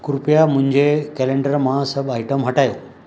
कृपया मुंहिंजे कैलेण्डर मां सभु आइटम हटायो